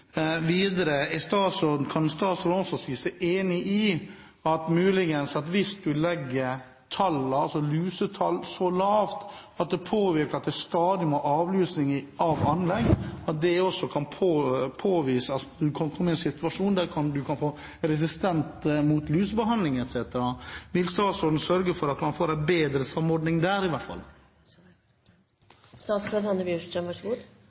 Videre: Kan statsråden også si seg enig i at hvis man setter lusetallene så lavt at man stadig må avluse anlegg, kan man komme i en situasjon der man kan få resistens mot lusebehandling? Vil statsråden sørge for at man får en bedre samordning der i hvert